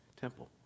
temple